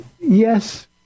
yes